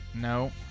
No